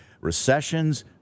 recessions